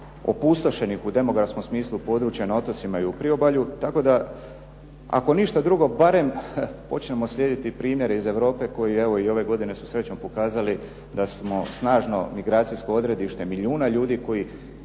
opustošenih u demografskom smislu područja na otocima i u priobalju, tako da ako ništa drugo barem počnemo slijediti primjere iz Europe koji evo i ove godine su srećom pokazali da smo snažno migracijsko odredište milijuna ljudi koji